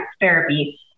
therapy